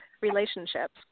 relationships